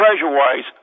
treasure-wise